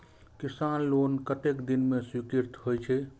किसान लोन कतेक दिन में स्वीकृत होई छै?